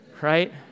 right